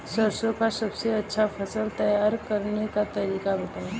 सरसों का सबसे अच्छा फसल तैयार करने का तरीका बताई